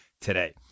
today